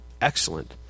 excellent